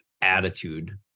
attitude